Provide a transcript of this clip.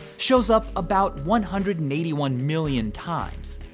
shows up about one hundred and eighty one million times.